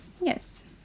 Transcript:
Yes